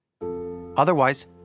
Otherwise